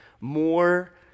more